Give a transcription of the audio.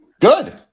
Good